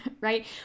right